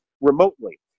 remotely